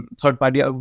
third-party